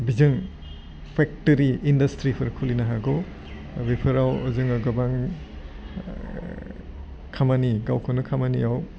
बिजों फेक्टरि इन्दास्ट्रिफोर खुलिनो हागौ बेफोराव जोङो गोबां खामानि गावखौनो खामानियाव